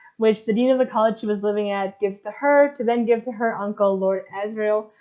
which the dean of the college she was living at gives to her to then give to her uncle lord asriel,